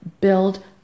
build